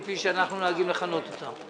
כפי שאנחנו נוהגים לכנות אותה.